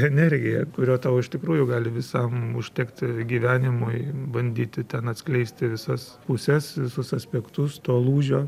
energija kurio tau iš tikrųjų gali visam užtekti gyvenimui bandyti ten atskleisti visas puses visus aspektus to lūžio